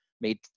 made